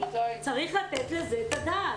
צריך לתת לזה את הדעת.